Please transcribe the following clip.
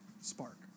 spark